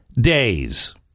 days